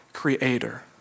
creator